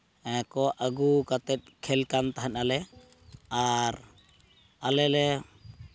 ᱠᱚ ᱟᱹᱜᱩ ᱠᱟᱛᱮ ᱠᱷᱮᱞ ᱠᱟᱱ ᱛᱟᱦᱮᱸ ᱱᱟᱞᱮ ᱟᱨ ᱟᱞᱮᱞᱮ